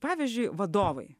pavyzdžiui vadovai